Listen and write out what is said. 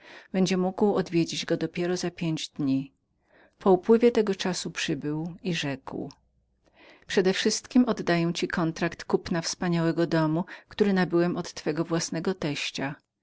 niebędzie mógł go odwiedzić po upływie tego czasu przybył i rzekł przedewszystkiem oddaję ci kontrakt kupna wspaniałego domu który nabyłem od twego własnego teścia